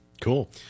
Cool